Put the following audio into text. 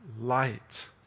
light